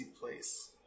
Place